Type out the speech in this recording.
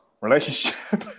relationship